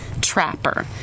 Trapper